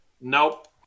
Nope